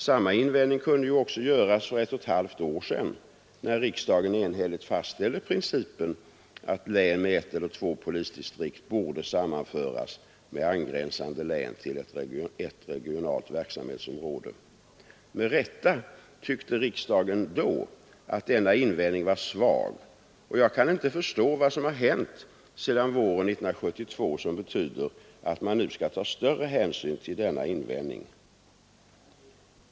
Samma invändning kunde ju också göras för ett och ett halvt år sedan när riksdagen enhälligt fastställde principen att län med ett eller två polisdistrikt borde sammanföras med angränsande län till ett regionalt verksamhetsområde. Med rätta tyckte riksdagen då att denna invändning var svag, och jag kan inte förstå vad som har hänt sedan våren 1972 och som betyder att man nu skall ta större hänsyn till denna invändning.